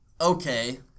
Okay